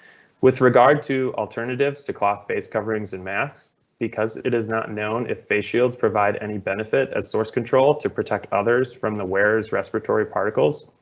with regard to alternatives to cloth face coverings and masks because it is not known if face shields provide any benefit as source control to protect others from the wares respiratory particles.